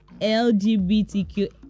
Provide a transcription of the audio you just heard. LGBTQ